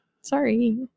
Sorry